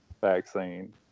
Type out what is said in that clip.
vaccine